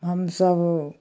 हमसभ